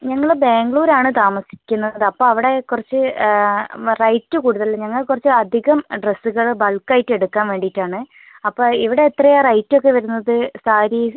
ഞങ്ങൾ ബാംഗ്ലൂർ ആണ് താമസിക്കുന്നത് അപ്പം അവിടെ കുറച്ച് റേറ്റ് കൂടുതൽ ഞങ്ങൾ കുറച്ച് അധികം ഡ്രസ്സുകൾ ബൾക്ക് ആയിട്ട് എടുക്കാൻ വേണ്ടിയിട്ട് ആണ് അപ്പം ഇവിടെ എത്രയാണ് റേറ്റ് ഒക്കെ വരുന്നത് സാരിസ്